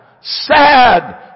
sad